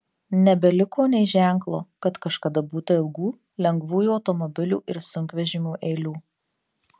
nebeliko nė ženklo kad kažkada būta ilgų lengvųjų automobilių ir sunkvežimių eilių